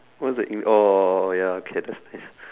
what's that mean oh oh ya okay that's nice